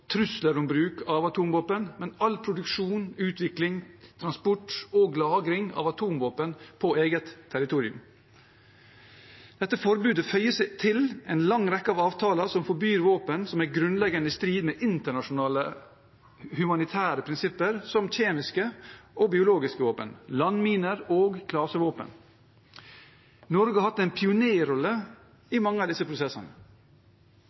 trusler om bruk av atomvåpen, men all produksjon, utvikling, transport og lagring av atomvåpen på eget territorium. Dette forbudet føyer seg til en lang rekke av avtaler som forbyr våpen som er grunnleggende i strid med internasjonale humanitære prinsipper, som kjemiske og biologiske våpen, landminer og klasevåpen. Norge har hatt en pionerrolle i mange av disse prosessene